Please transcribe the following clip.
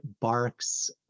Bark's